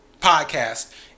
podcast